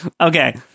Okay